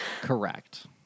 Correct